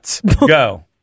Go